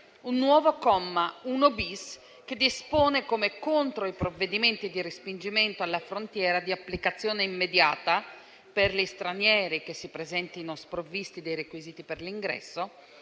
il nuovo comma 1-*bis*, che dispone come contro i provvedimenti di respingimento alla frontiera di applicazione immediata per gli stranieri che si presentino sprovvisti dei requisiti per l'ingresso